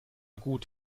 gut